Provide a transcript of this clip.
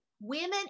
women